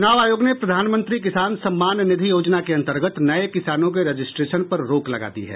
चूनाव आयोग ने प्रधानमंत्री किसान सम्मान निधि योजना के अंतर्गत नये किसानों के रजिस्ट्रेशन पर रोक लगा दी है